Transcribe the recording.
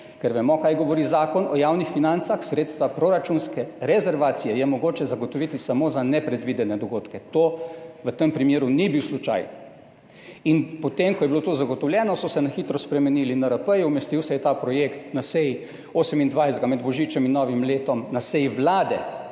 ker vemo kaj govori Zakon o javnih financah. Sredstva proračunske rezervacije je mogoče zagotoviti samo za nepredvidene dogodke! To v tem primeru ni bil slučaj. In potem, ko je bilo to zagotovljeno, so se na hitro spremenili NRP, umestil se je ta projekt na seji 28., med božičem in novim letom na seji Vlade,